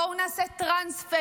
בואו נעשה טרנספר,